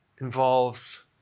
involves